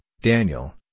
Daniel